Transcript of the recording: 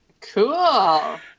Cool